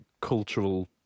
cultural